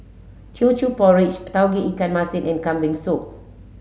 Teochew Porridge Tauge Ikan Masin and Kambing Soup